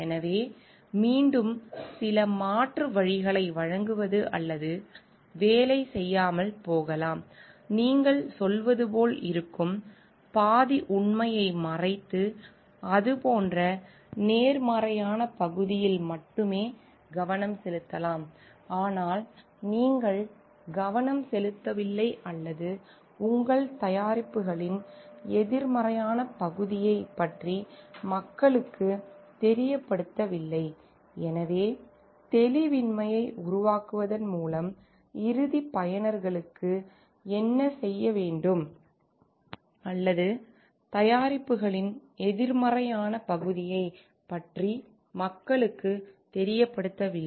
எனவே மீண்டும் சில மாற்று வழிகளை வழங்குவது அல்லது வேலை செய்யாமல் போகலாம் நீங்கள் சொல்வது போல் இருக்கும் பாதி உண்மையை மறைத்து அது போன்ற நேர்மறையான பகுதியில் மட்டுமே கவனம் செலுத்தலாம் ஆனால் நீங்கள் நீங்கள் கவனம் செலுத்தவில்லை அல்லது உங்கள் தயாரிப்புகளின் எதிர்மறையான பகுதியைப் பற்றி மக்களுக்கு தெரியப்படுத்தவில்லை